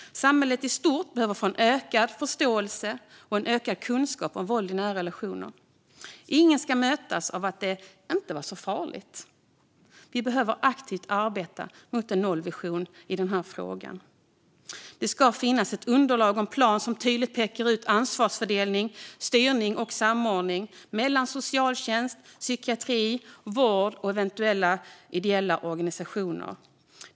Samhället i stort behöver få en ökad förståelse och en ökad kunskap om våld i nära relationer. Ingen ska mötas av synen att det som man varit med om inte var så farligt. Vi behöver aktivt arbeta för en nollvision i den här frågan. Det ska finnas ett underlag och en plan som tydligt pekar ut ansvarsfördelning, styrning och samordning mellan socialtjänst, psykiatri, vård och eventuella ideella organisationer.